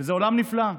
זה עולם נפלא.